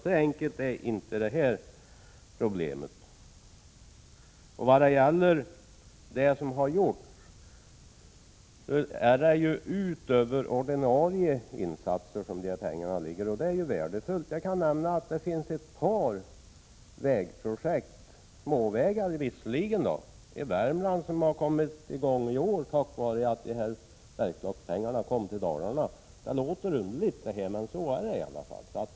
Problemet är alltså inte så enkelt. Beträffande vad som gjorts: Dessa pengar tillkommer utöver de ordinarie insatserna, och det är värdefullt. Jag kan nämna att ett par vägprojekt i Värmland, som visserligen gäller små vägar, har kommit till i år tack vare att dessa Bergslagspengar kom till Dalarna. Det låter underligt, men så är det.